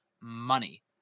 money